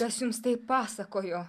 kas jums taip pasakojo